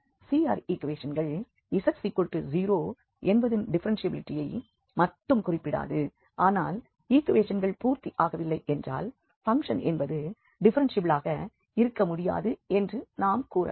CR ஈக்குவேஷன்கள் z0 என்பதின் டிஃப்ஃபெரென்ஷியபிலிட்டியை மட்டும் குறிப்பிடாது ஆனால் ஈக்குவேஷன்கள் பூர்த்தி ஆகவில்லை என்றால் பங்க்ஷன் என்பது டிஃப்ஃபெரென்ஷியபிளாக இருக்க முடியாது என்று நாம் கூறலாம்